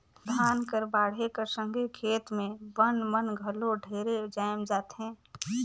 धान कर बाढ़े कर संघे खेत मे बन मन घलो ढेरे जाएम जाथे